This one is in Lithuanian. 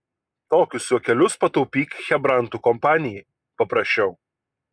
tokius juokelius pataupyk chebrantų kompanijai paprašau